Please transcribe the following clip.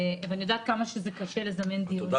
ואני יודעת כמה קשה לכנס דיונים בעת הזו --- ותודה